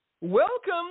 Welcome